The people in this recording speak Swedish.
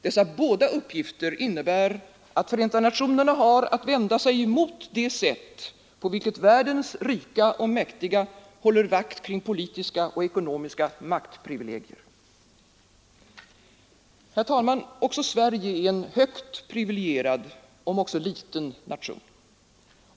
Dessa båda uppgifter innebär att Förenta nationerna har att vända sig emot det sätt på vilket världens rika och mäktiga håller vakt kring politiska och ekonomiska maktprivilegier. Herr talman! Också Sverige är en högt privilegierad om än liten nation.